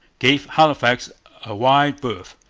gave halifax a wide berth,